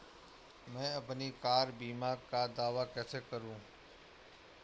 मैं अपनी कार बीमा का दावा कैसे कर सकता हूं?